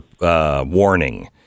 warning